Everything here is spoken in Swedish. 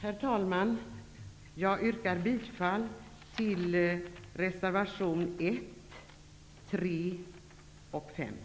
Herr talman! Jag yrkar bifall till reservationerna 1,